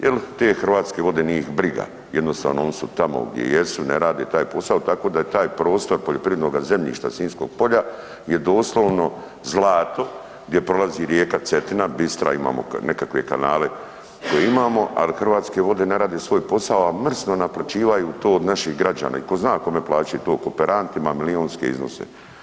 Je li te Hrvatske vode, nije ih briga, jednostavno oni su tamo gdje jesu, ne rade taj posao, tako da je taj prostor poljoprivrednog zemljišta Sinjskog polja je doslovno zlato gdje prolazi rijeka Cetina, bistra, imamo nekakve kanale koje imamo, ali Hrvatske vode ne rade svoj posao a mrsno naplaćivaju to od naših građana i tko zna kome plaćaju kooperantima milijunske iznose.